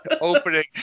opening